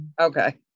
Okay